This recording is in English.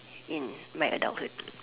in my adulthood